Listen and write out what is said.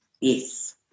yes